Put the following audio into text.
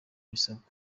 bisabwa